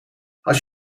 als